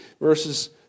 verses